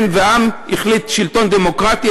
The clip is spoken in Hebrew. העם החליט שלטון דמוקרטי,